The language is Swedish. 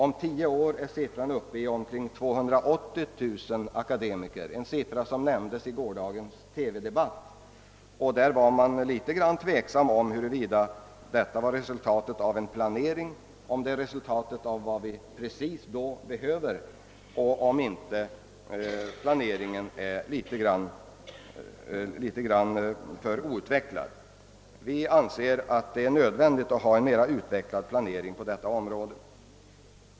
Om tio år är denna siffra uppe i omkring 280 000, en siffra som nämndes i gårdagens TV-debatt. I denna debatt var man litet tveksam, huruvida detta var resultatet av en planering av vad vi vid denna tid behöver och huruvida planeringen inte är litet för outvecklad. Vi anser det vara nödvändigt med en mer utvecklad planering på detta område.